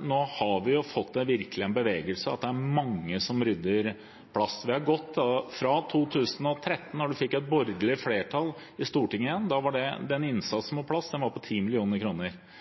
Nå har vi virkelig fått en bevegelse; det er mange som rydder plast. Fra 2013, da man fikk et borgerlig flertall i Stortinget igjen, var innsatsen på plass, den var på